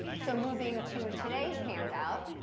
so, moving to today's handout,